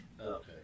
Okay